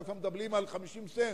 ועכשיו כבר מדברים על 50 סנט,